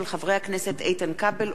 של חברי הכנסת איתן כבל,